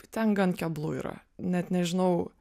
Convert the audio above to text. ten gan keblu yra net nežinau